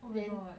oh my god then